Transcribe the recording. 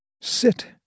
Sit